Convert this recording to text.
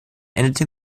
endete